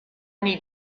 need